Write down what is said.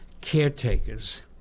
caretakers